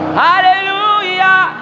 hallelujah